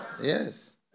Yes